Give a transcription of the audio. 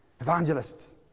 evangelists